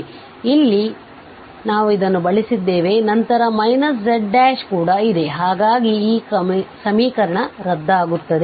ಆದ್ದರಿಂದ ನಾವು ಇಲ್ಲಿ ಬಳಸಿದ್ದೇವೆ ಮತ್ತು ನಂತರ z ಕೂಡ ಇದೆ ಹಾಗಾಗಿ ಈ ಸಮೀಕರಣ ರದ್ದಾಗುತ್ತದೆ